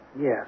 yes